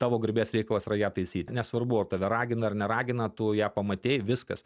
tavo garbės reikalas yra ją taisyt nesvarbu ar tave ragina ir neragina tu ją pamatei viskas